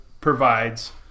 provides